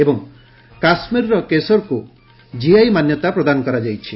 ଏବଂ କାଶ୍ମୀର୍ର କେଶରକୁ ଜିଆଇ ମାନ୍ୟତା ପ୍ରଦାନ କରାଯାଇଛି